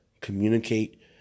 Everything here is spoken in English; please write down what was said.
Communicate